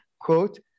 quote